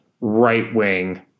right-wing